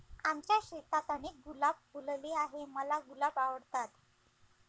आमच्या शेतात अनेक गुलाब फुलले आहे, मला गुलाब आवडतात